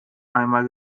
einmal